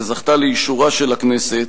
וזכתה לאישורה של הכנסת,